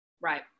Right